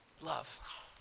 Love